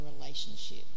relationship